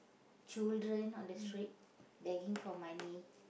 children on the street begging for money